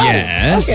Yes